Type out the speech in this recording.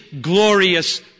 glorious